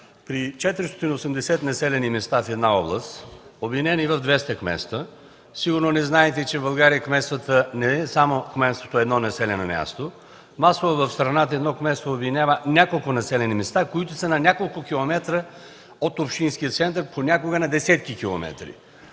При 480 населени места в една област, обединени в 200 кметства, сигурно не знаете, че в България кметството не е само за едно населено място – масово в страната едно кметство обединява няколко населени места, които са на няколко километра от общинския център, понякога на десетки километри.